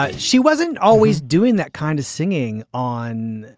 ah she wasn't always doing that kind of singing on.